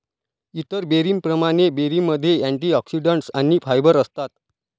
इतर बेरींप्रमाणे, बेरीमध्ये अँटिऑक्सिडंट्स आणि फायबर असतात